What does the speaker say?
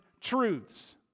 truths